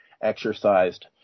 exercised